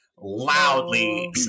Loudly